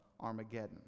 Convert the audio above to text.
Armageddon